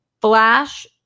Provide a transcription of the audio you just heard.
flash